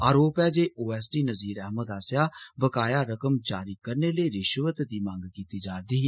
आरोप ऐ ज O S D Nazir Ahmad आस्सेआ बकाया रकम जारी करने लेई रिश्वत दी मंग कीती जारदी ही